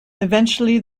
eventually